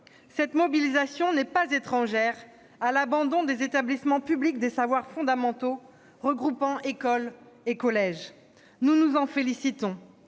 Cette mobilisation n'est pas étrangère à l'abandon des « établissements publics locaux d'enseignement des savoirs fondamentaux » regroupant écoles et collèges. Nous nous en félicitons,